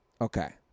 Okay